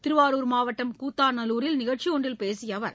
திருவாரூர் மாவட்டம் கூத்தாநல்லூரில் நிகழ்ச்சிஒன்றில் பேசியஅவர்